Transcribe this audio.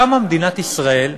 קמה מדינת ישראל,